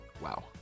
Wow